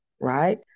right